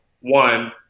one